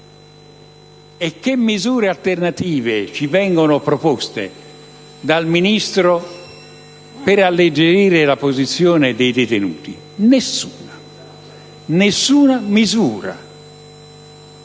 Quali misure alternative ci vengono proposte dal Ministro per alleggerire la posizione dei detenuti? Nessuna misura